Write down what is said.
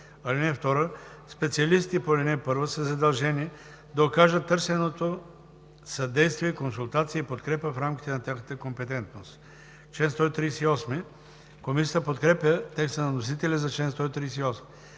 работи. (2) Специалистите по ал. 1 са задължени да окажат търсеното съдействие, консултация и подкрепа в рамките на тяхната компетентност.“ Комисията подкрепя текста на вносителя за чл. 138.